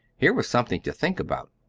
here was something to think about.